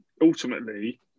Ultimately